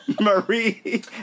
Marie